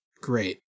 Great